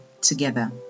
together